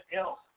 else